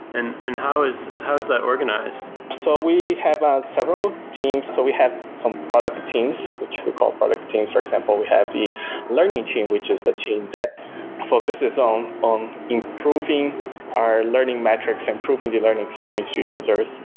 and and how is how is that organized? so we have ah several teams, so we have some product teams which we call product teams for example, we have the learning team which is the team that focuses um on improving our learning metrics and improving the learning experience to users,